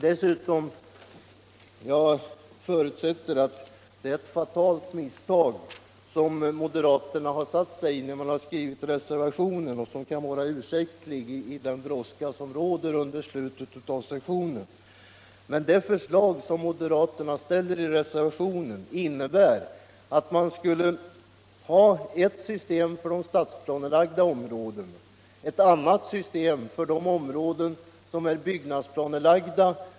Jag förutsätter att det är ett fatalt misstag som moderaterna gjort när de skrivit reservationen —- det kan vara ursäktligt i den brådska som råder under slutet av en session. Men det förslag som moderaterna ställer i reservationen innebär alt vi skulle få eu system för stadsplanelagda områden och ett annat system för de områden i glesbygd som är byggnadsplanelagda.